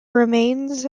remains